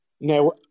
Now